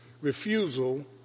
refusal